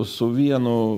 su vienu